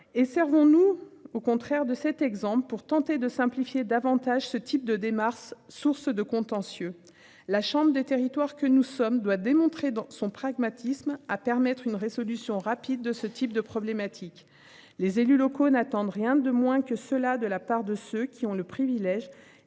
Et servons-nous au contraire de cet exemple pour tenter de simplifier davantage ce type de démarche, source de contentieux, la chambre des territoires que nous sommes doit démontrer dans son pragmatisme à permettre une résolution rapide de ce type de problématique, les élus locaux n'attendent rien de moins que cela de la part de ceux qui ont le privilège